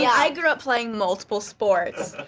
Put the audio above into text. yeah i grew up playing multiple sports,